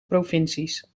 provincies